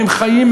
הם חיים,